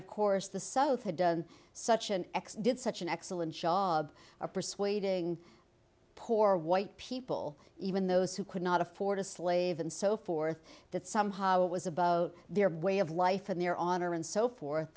of course the south had done such an ex did such an excellent job of persuading poor white people even those who could not afford a slave and so forth that somehow it was about their way of life and their honor and so forth